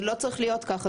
זה לא צריך להיות ככה.